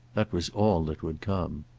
that was all that would come.